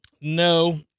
No